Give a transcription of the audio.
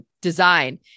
design